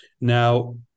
Now